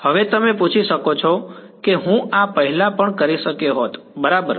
હવે તમે પૂછી શકો છો કે હું આ પહેલા પણ કરી શક્યો હોત બરાબર